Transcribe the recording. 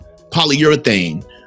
polyurethane